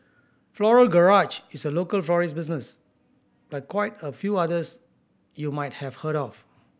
Floral Garage is a local florist business like quite a few others you might have heard of